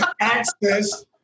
access